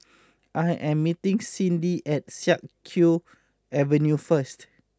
I am meeting Cyndi at Siak Kew Avenue first